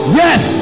yes